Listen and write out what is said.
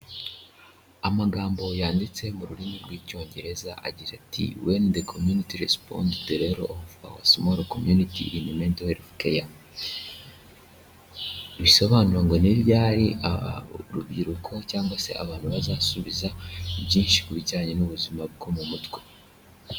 Amagambo yanditse mu rurimi rw'icyongereza agira ati: "When the community responds the role of our small communities in mental health care." bisobanura ngo ni ryari urubyiruko cyangwa se abantu bazasubiza byinshi ku bijyanye n'ubuzima bwo mu mutwe?